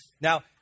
Now